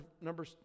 number